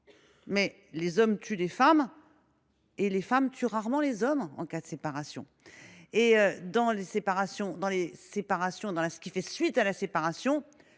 mais les hommes tuent les femmes et les femmes tuent rarement les hommes en ces circonstances. ! Dans ce qui fait suite à la séparation,